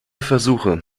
versuche